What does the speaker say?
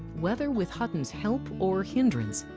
whether with hutton's help or hindrance,